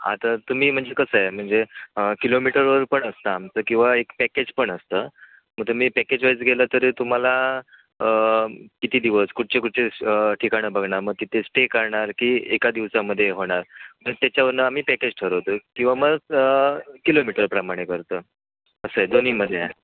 हा तर तुम्ही म्हणजे कसं आहे म्हणजे किलोमीटरवर पण असतं आमचं किंवा एक पॅकेज पण असतं मग तुम्ही पॅकेजवाईज गेलं तरी तुम्हाला किती दिवस कुठचे कुठचे ठिकाणं बघणार म तिथे स्टे करणार की एका दिवसामध्ये होणार मग त्याच्यावरून आम्ही पॅकेज ठरवतो किंवा मग किलोमीटरप्रमाणे करतो असं आहे दोन्हीमध्ये आहे